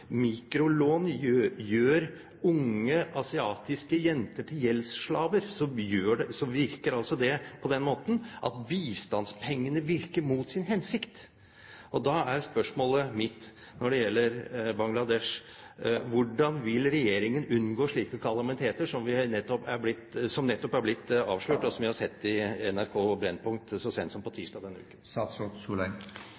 mikrolån gjør unge asiatiske jenter til gjeldsslaver, virker bistandspengene mot sin hensikt. Da er spørsmålet mitt når det gjelder Bangladesh: Hvordan vil regjeringen unngå slike kalamiteter som nettopp er blitt avslørt, og som vi har sett på Brennpunkt, NRK så sent som tirsdag denne uken? La meg ta tak i